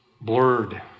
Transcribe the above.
blurred